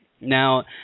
Now